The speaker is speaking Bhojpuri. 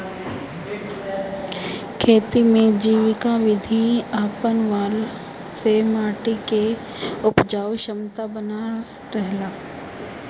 खेती में जैविक विधि अपनवला से माटी के उपजाऊ क्षमता बनल रहेला